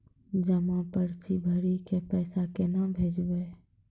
जमा पर्ची भरी के पैसा केना भेजबे?